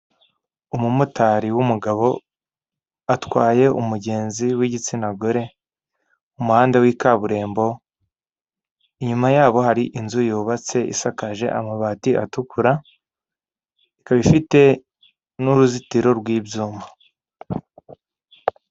Umumotari w'umugabo atwaye umugenzi w'igitsina gore, umuhanda w'ikaburimbo, inyuma yabo hari inzu yubatse isakaje amabati atukura, ikaba ifite n'uruzitiro rw'ibyuma.